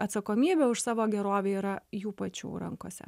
atsakomybė už savo gerovę yra jų pačių rankose